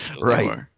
Right